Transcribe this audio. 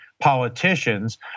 politicians